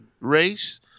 race